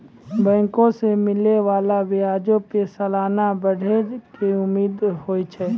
बैंको से मिलै बाला ब्याजो पे सलाना बढ़ै के उम्मीद छै